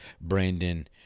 Brandon